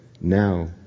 Now